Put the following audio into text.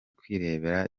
kwibera